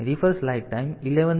તેથી તેનો કોઈ અર્થ નથી